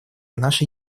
нашей